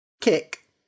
Kick